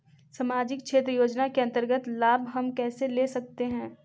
समाजिक क्षेत्र योजना के अंतर्गत लाभ हम कैसे ले सकतें हैं?